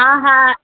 हा हा